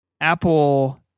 Apple